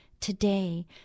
today